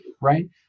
right